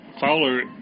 Fowler